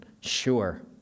sure